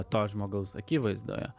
to žmogaus akivaizdoje